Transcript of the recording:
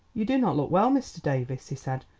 you do not look well, mr. davies, he said.